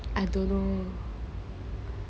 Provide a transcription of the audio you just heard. I don't know